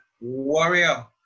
warrior